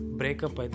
breakup